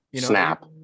Snap